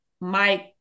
Mike